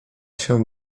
się